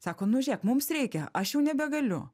sako nu žiūrėk mums reikia aš jau nebegaliu